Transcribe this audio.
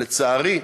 לצערי,